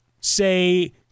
say